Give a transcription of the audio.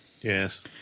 Yes